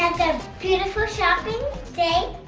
beautiful shopping day